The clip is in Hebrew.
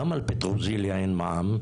למה על פטרוזיליה אין מע"מ,